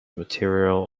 material